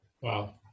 wow